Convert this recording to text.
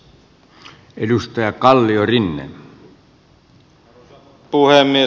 arvoisa puhemies